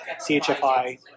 CHFI